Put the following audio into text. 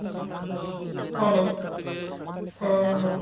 ᱩᱸ ᱦᱟᱸ ᱦᱟᱸ ᱦᱟᱸ